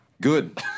Good